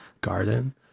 Garden